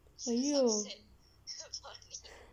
!aiyo!